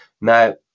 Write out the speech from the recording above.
now